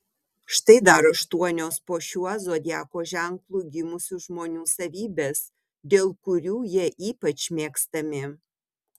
štai dar aštuonios po šiuo zodiako ženklu gimusių žmonių savybės dėl kurių jie ypač mėgstami